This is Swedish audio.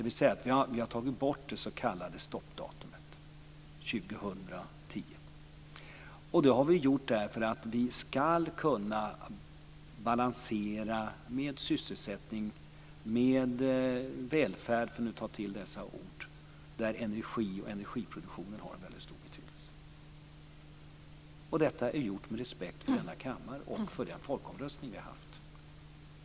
Vi har alltså tagit bort det s.k. stoppdatumet, år 2010. Det har vi gjort för att kunna balansera med sysselsättning och med välfärd, för att nu ta till dessa ord, där energin och energiproduktionen har en väldigt stor betydelse. Detta är gjort med respekt för denna kammare och för den folkomröstning vi har haft.